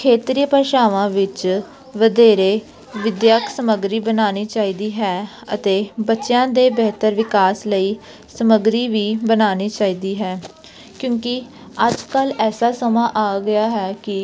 ਖੇਤਰੀ ਭਾਸ਼ਾਵਾਂ ਵਿੱਚ ਵਧੇਰੇ ਵਿੱਦਿਅਕ ਸਮੱਗਰੀ ਬਣਾਉਣੀ ਚਾਹੀਦੀ ਹੈ ਅਤੇ ਬੱਚਿਆਂ ਦੇ ਬਿਹਤਰ ਵਿਕਾਸ ਲਈ ਸਮੱਗਰੀ ਵੀ ਬਣਾਉਣੀ ਚਾਹੀਦੀ ਹੈ ਕਿਉਂਕਿ ਅੱਜ ਕੱਲ੍ਹ ਐਸਾ ਸਮਾਂ ਆ ਗਿਆ ਹੈ ਕਿ